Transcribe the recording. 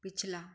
पिछला